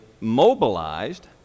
mobilized